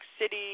City